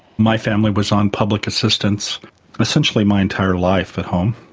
my family was on public assistance essentially my entire life at home.